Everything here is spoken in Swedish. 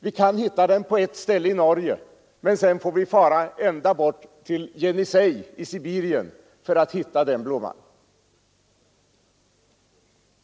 Vi kan hitta den på ett ställe i Norge, men sedan får vi fara ända bort till Jenisej i Sibirien för att hitta den blomman.